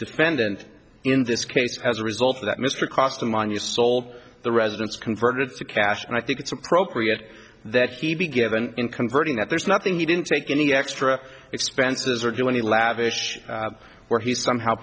defendant in this case as a result of that mr costin mine you sold the residence converted to cash and i think it's appropriate that he be given in converting that there's nothing he didn't take any extra expenses or do any lavish where he somehow